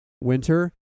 winter